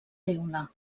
teula